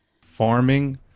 farming